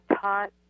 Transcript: taught